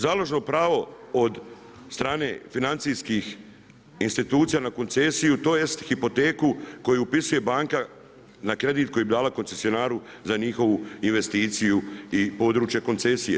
Založno pravo od strane financijskih institucija na koncesiju, tj. hipoteku, koju upisuje banka na kredit koji bi dala koncesionaru za njihovu investiciju i područje koncesije.